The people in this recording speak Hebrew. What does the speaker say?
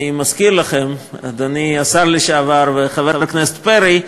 אני מזכיר לכם, אדוני השר לשעבר וחבר הכנסת פרי,